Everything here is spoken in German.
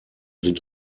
sind